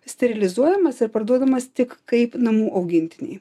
sterilizuojamas ir parduodamas tik kaip namų augintiniai